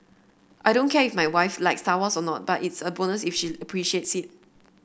I don't care if my wife likes Star Wars or not but it's a bonus that she appreciates it